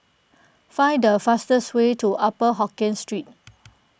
find the fastest way to Upper Hokkien Street